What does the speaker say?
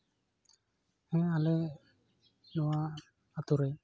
ᱦᱮᱸ ᱟᱞᱮ ᱚᱱᱟ ᱟᱛᱳ ᱨᱮ